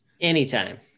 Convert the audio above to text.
Anytime